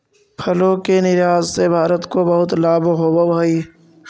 फलों के निर्यात से भारत को बहुत लाभ होवअ हई